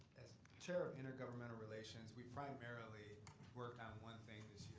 as chair of intergovernmental relations we primarily worked on one thing